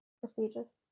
prestigious